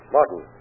Martin